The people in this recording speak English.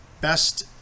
best